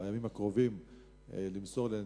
בימים הקרובים למסור לי.